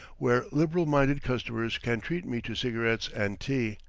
where liberal-minded customers can treat me to cigarettes and tea.